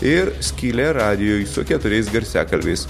ir skylė radijuj su keturiais garsiakalbiais